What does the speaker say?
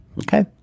Okay